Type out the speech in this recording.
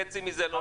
חצי מזה לא ניתן.